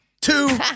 two